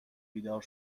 بیدار